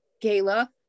gala